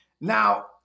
now